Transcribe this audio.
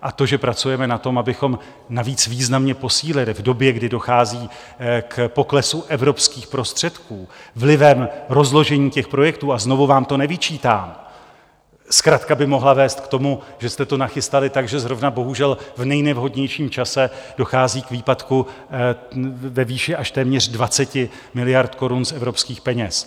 A to, že pracujeme na tom, abychom navíc významně posílili v době, kdy dochází k poklesu evropských prostředků vlivem rozložení těch projektů, a znovu vám to nevyčítám, zkratka by mohla vést k tomu, že jste to nachystali tak, takže zrovna bohužel v nejnevhodnějším čase dochází k výpadku ve výši až téměř 20 miliard korun z evropských peněz.